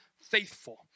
faithful